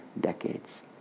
decades